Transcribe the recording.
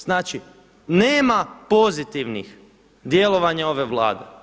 Znači nema pozitivnih djelovanja ove Vlade.